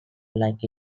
like